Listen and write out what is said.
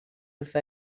wrtha